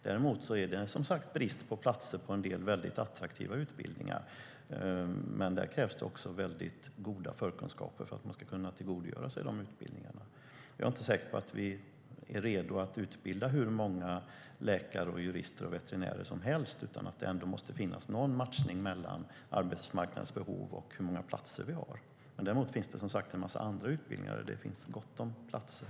Däremot är det som sagt brist på platser på en del mycket attraktiva utbildningar. Det krävs dock väldigt goda förkunskaper för att man ska kunna tillgodogöra sig de utbildningarna. Jag är inte säker på att vi är redo att utbilda hur många läkare, jurister och veterinärer som helst, utan det måste ändå finnas någon matchning mellan arbetsmarknadens behov och hur många platser vi har. Däremot finns det som sagt en massa andra utbildningar där det finns gott om platser.